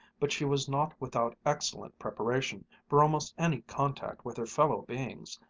but she was not without excellent preparation for almost any contact with her fellow-beings,